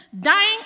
dying